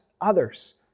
others